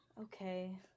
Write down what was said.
Okay